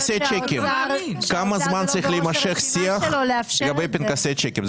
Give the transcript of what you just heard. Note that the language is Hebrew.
נניח פנקסי צ'קים כמה זמן צריך להימשך שיח לגבי פנקסי צ'קים?